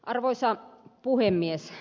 arvoisa puhemies